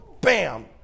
bam